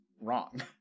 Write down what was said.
wrong